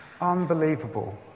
Unbelievable